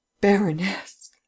baroness